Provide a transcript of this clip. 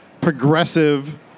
progressive